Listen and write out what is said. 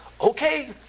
okay